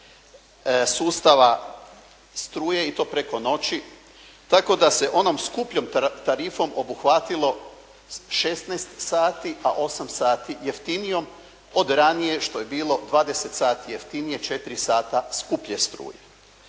sustava struje i to preko noći tako da se onom skupljom tarifom obuhvatilo 16 sati a 8 sati jeftinije od ranije što je bilo 20 sati jeftinije, 4 sata skuplje struje.